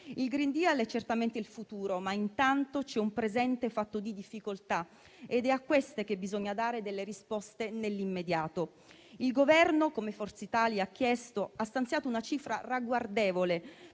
Il *green deal* è certamente il futuro, ma intanto c'è un presente fatto di difficoltà, ed è a queste che bisogna dare risposte nell'immediato. Il Governo, come Forza Italia ha chiesto, ha stanziato una cifra ragguardevole